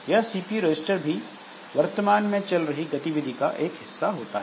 यह CPU register भी वर्तमान में चल रहे गतिविधि का एक हिस्सा होता है